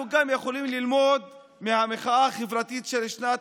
אנחנו גם יכולים ללמוד מהמחאה החברתית של שנת